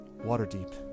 Waterdeep